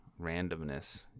randomness